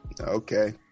Okay